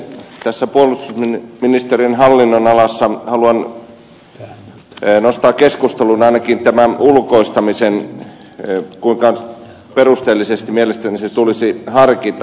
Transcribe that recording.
tässä puolustusministeriön hallinnonalassa haluan nostaa keskusteluun ainakin tämän ulkoistamisen kuinka perusteellisesti mielestäni se tulisi harkita